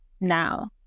now